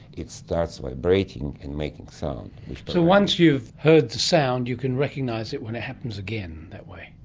it starts vibrating and making sound. so once you've heard the sound, you can recognise it when it happens again, that way?